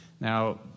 Now